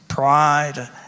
pride